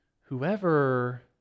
whoever